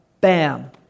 bam